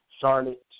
Charlotte